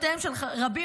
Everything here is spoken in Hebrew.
הלשכות שלהם,